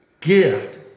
gift